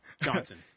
johnson